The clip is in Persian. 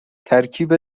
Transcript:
ترکیب